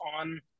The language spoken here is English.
on